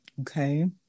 Okay